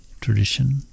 tradition